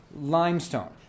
limestone